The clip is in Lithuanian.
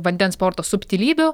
vandens sporto subtilybių